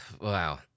wow